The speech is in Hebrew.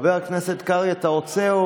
חבר הכנסת קרעי, אתה רוצה?